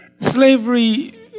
slavery